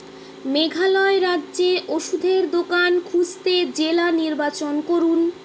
মেঘালয় রাজ্যে ওষুধের দোকান খুঁজতে জেলা নির্বাচন করুন